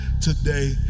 today